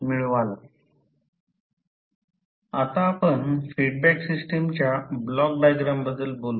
20 आता आपण फीडबॅक सिस्टमच्या ब्लॉक डायग्राम बद्दल बोलू